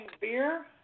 beer